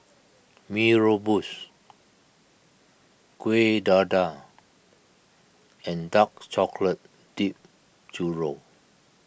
Mee Rebus Kuih Dadar and Dark Chocolate Dipped Churro